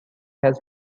has